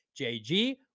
JG